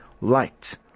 light